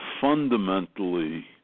fundamentally